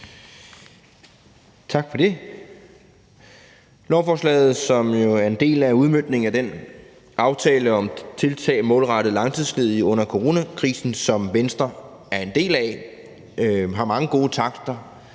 Tak for det. Lovforslaget, som jo er en del af udmøntningen af den aftale om tiltag målrettet langtidsledige under coronakrisen, som Venstre er en del af, har mange gode takter